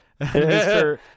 Mr